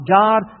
God